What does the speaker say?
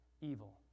evil